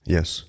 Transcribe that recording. Yes